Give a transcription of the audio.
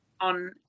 On